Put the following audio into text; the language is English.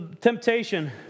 temptation